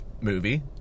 Movie